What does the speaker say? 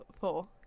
four